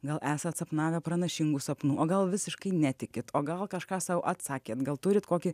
gal esat sapnavę pranašingų sapnų o gal visiškai netikit o gal kažką sau atsakėt gal turit kokį